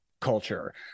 culture